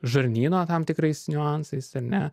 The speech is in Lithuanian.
žarnyno tam tikrais niuansais ar ne